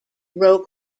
row